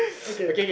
okay